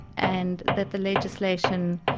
and that the legislation,